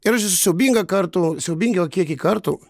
ir aš esu siaubingą kartų siaubingą kiekį kartų